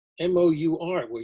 M-O-U-R